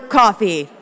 coffee